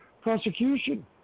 prosecution